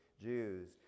Jews